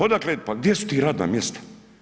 Odakle, pa gdje su ti radna mjesta?